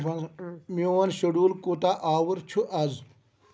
وَن سا میٛون شیڈوٗل کوٗتاہ آوُر چھُ اَز